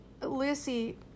Lucy